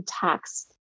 tax